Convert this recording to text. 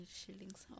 shillings